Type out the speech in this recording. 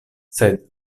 sed